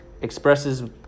expresses